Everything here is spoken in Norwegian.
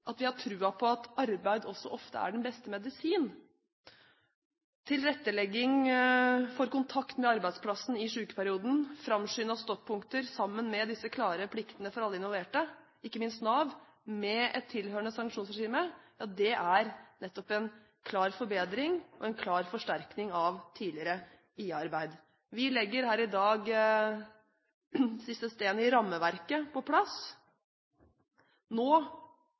at vi har troen på at arbeid også ofte er den beste medisin. Tilrettelegging for kontakt med arbeidsplassen i sykeperioden, framskyndede stoppunkter sammen med klare plikter for alle involverte – ikke minst Nav – med et tilhørende sanksjonsregime er nettopp en klar forbedring og en klar forsterkning av tidligere IA-arbeid. Vi legger her i dag siste stein i rammeverket på plass. Nå